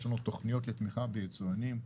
יש לנו תוכניות לתמיכה ביצואנים,